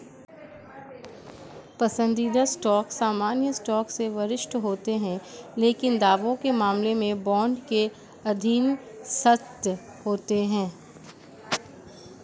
पसंदीदा स्टॉक सामान्य स्टॉक से वरिष्ठ होते हैं लेकिन दावों के मामले में बॉन्ड के अधीनस्थ होते हैं